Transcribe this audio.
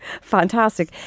Fantastic